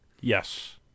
Yes